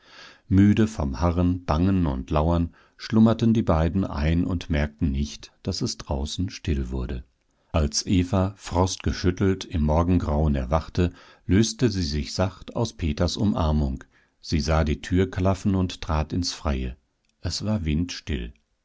müde vom harren bangen und lauern schlummerten die beiden ein und merkten nicht daß es draußen still wurde als eva frostgeschüttelt im morgengrauen erwachte löste sie sich sacht aus peters umarmung sie sah die tür klaffen und trat ins freie es war windstill